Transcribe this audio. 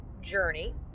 journey